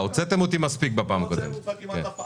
סבבה, הוצאתם אותי מספיק בכנסת הקודמת.